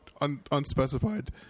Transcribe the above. unspecified